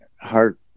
heart